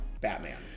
Batman